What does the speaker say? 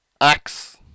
axe